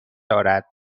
دارد